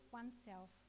oneself